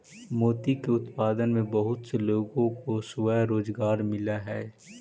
मोती के उत्पादन में बहुत से लोगों को स्वरोजगार मिलअ हई